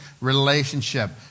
relationship